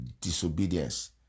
disobedience